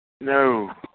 No